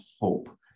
hope